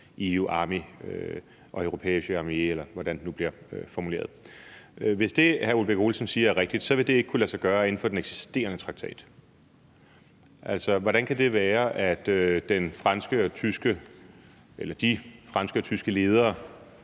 EU Army, Europäische Armee, eller hvordan det nu bliver formuleret. Hvis det, hr. Ole Birk Olesen siger, er rigtigt, så vil det ikke kunne lade sig gøre inden for den eksisterende traktat. Altså, hvordan kan det være, at de franske og tyske ledere